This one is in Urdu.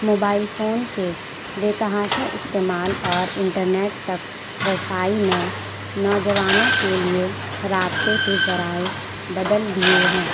موبائل فون کے بےتحاشا استعمال اور انٹرنیٹ تک رسائی نے نوجوانوں کے لیے رابطے کے ذرائع بدل دیے ہیں